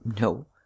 No